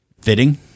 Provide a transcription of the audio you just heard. fitting